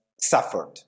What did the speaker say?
suffered